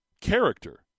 character